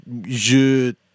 Je